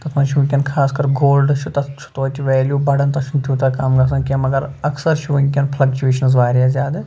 دَپان چھُ وٕنۍکٮ۪ن خاص کَر گولڈ چھُ تَتھ چھُ تویتہِ ویلِو بَڑان تَتھ چھُنہٕ تیوٗتاہ کَم گژھان کیٚنٛہہ مگر اَکثر چھُ وٕنۍکٮ۪ن فٕلَکچُویشَنٕز واریاہ زیادٕ